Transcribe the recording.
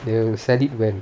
they will sell it well